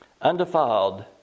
Undefiled